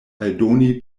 aldoni